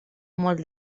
molt